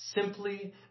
simply